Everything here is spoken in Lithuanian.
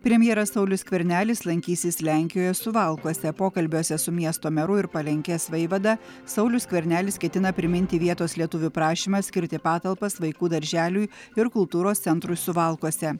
premjeras saulius skvernelis lankysis lenkijoje suvalkuose pokalbiuose su miesto meru ir palenkės vaivada saulius skvernelis ketina priminti vietos lietuvių prašymą skirti patalpas vaikų darželiui ir kultūros centrui suvalkuose